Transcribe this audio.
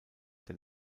der